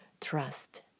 trust